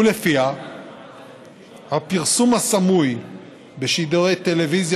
ולפיה הפרסום הסמוי בשידורי טלוויזיה